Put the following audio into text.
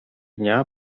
dnia